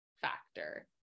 factor